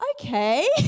Okay